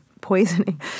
poisoning